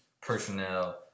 personnel